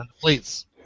please